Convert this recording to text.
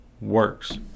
works